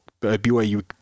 BYU